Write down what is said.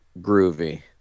groovy